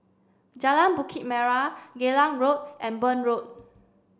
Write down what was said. Jalan Bukit Merah Geylang Road and Burn Road